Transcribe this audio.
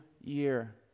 year